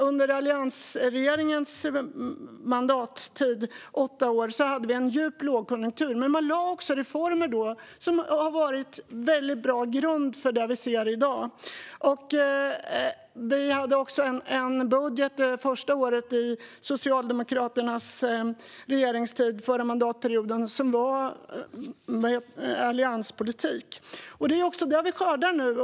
Under alliansregeringens åtta år hade vi en djup lågkonjunktur, men man lade också reformer som har varit en väldigt bra grund för det vi ser i dag. Det första året i Socialdemokraternas regeringstid den förra mandatperioden hade vi också en budget som gav allianspolitik. Det är detta vi skördar nu.